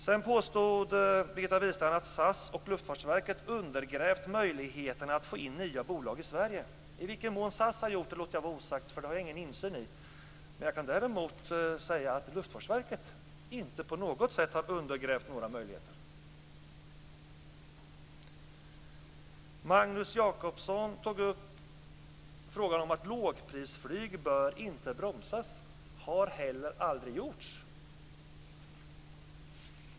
Birgitta Wistrand påstod att SAS och Luftfartsverket har undergrävt möjligheterna att få in nya bolag i Sverige. I vilken mån SAS har gjort det låter jag vara osagt, eftersom jag inte har någon insyn i det. Däremot kan jag säga att Luftfartsverket inte på något sätt har undergrävt några möjligheter. Magnus Jacobsson tog upp frågan om att lågprisflyg inte bör bromsas. Det har heller aldrig gjorts.